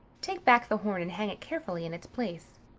take back the horn and hang it carefully in its place.